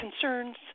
concerns